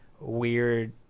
weird